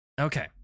Okay